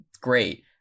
great